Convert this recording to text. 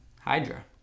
Hydra